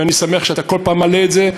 ואני שמח שאתה כל פעם מעלה את זה.